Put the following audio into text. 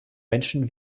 menschen